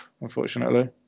unfortunately